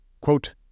Quote